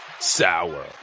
Sour